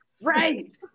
right